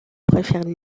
préfère